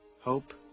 hope